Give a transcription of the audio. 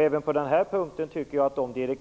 Även på den här punkten tycker jag att de